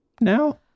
Now